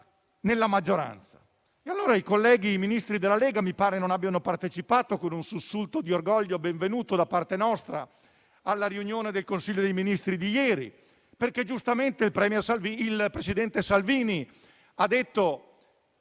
nella maggioranza. Mi pare che i colleghi Ministri della Lega non abbiano partecipato, con un sussulto di orgoglio (benvenuto da parte nostra), alla riunione del Consiglio dei ministri di ieri perché il presidente Salvini ha detto